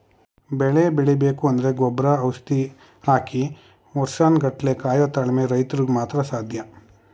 ಬೆಳೆ ಬೆಳಿಬೇಕು ಅಂದ್ರೆ ಗೊಬ್ರ ಔಷಧಿ ಹಾಕಿ ವರ್ಷನ್ ಗಟ್ಲೆ ಕಾಯೋ ತಾಳ್ಮೆ ರೈತ್ರುಗ್ ಮಾತ್ರ ಸಾಧ್ಯ